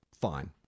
fine